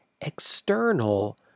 external